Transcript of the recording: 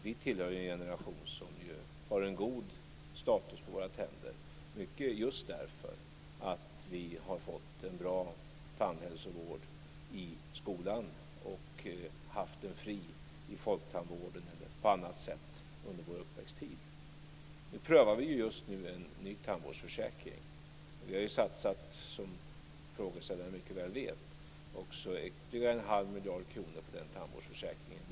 Vi tillhör en generation som har en god status på våra tänder, mycket därför att vi har fått en bra tandhälsovård i skolan och har haft fri tandvård, genom Folktandvården eller på annat sätt, under vår uppväxttid. Vi prövar just nu en ny tandvårdsförsäkring, och vi har nyligen, som frågeställaren mycket väl vet, satsat ytterligare en halv miljard kronor på den försäkringen.